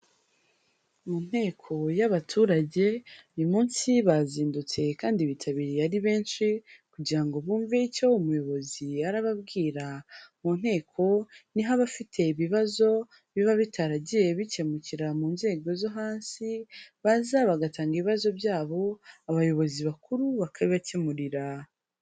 Mu nteko y'abaturage, uyu munsi bazindutse kandi bitabiriye ari benshi kugira ngo bumve icyo umuyobozi arababwira, mu nteko niho abafite ibibazo biba bitaragiye bikemukira mu nzego zo hasi, baza bagatanga ibibazo byabo abayobozi bakuru bakabibakemurira.